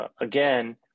again